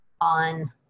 on